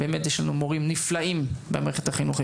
יש לנו מורים נפלאים במערכת החינוך,